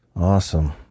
Awesome